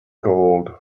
gold